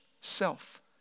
self